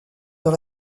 dans